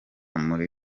muri